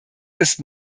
ist